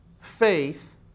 faith